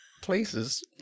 places